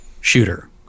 shooter